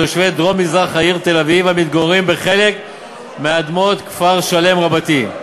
תושבי דרום-מזרח העיר תל-אביב המתגוררים בחלק מאדמות כפר-שלם רבתי.